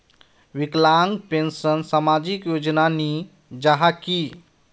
विकलांग पेंशन सामाजिक योजना नी जाहा की?